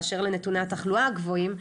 באשר לנתוני התחלואה הגבוהים.